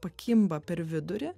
pakimba per vidurį